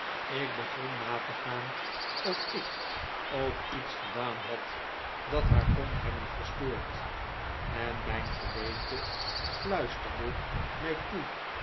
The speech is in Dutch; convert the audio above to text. ik begon na te gaan of ik ook iets gedaan had dat haar kon nebben verstoord en mijn geweten fluisterde mij toe